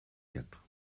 quatre